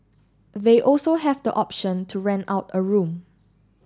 they also have the option to rent out a room